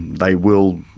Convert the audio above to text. they will,